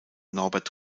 norbert